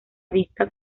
vista